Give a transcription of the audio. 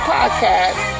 Podcast